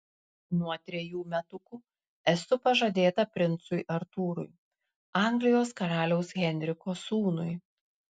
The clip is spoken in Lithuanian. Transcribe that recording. nuo trejų metukų esu pažadėta princui artūrui anglijos karaliaus henriko sūnui